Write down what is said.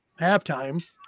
halftime